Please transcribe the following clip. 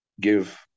give